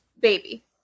baby